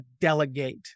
delegate